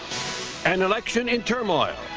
an election in turmoil,